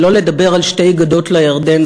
שלא לדבר על "שתי גדות לירדן,